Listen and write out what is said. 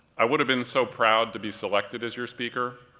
i would've been so proud to be selected as your speaker,